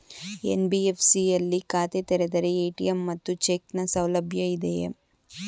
NBFC ಯಲ್ಲಿ ಖಾತೆ ತೆರೆದರೆ ಎ.ಟಿ.ಎಂ ಮತ್ತು ಚೆಕ್ ನ ಸೌಲಭ್ಯ ಇದೆಯಾ?